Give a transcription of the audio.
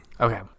Okay